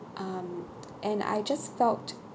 um and I just felt